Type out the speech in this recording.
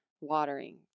watering